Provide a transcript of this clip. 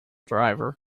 driver